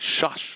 shush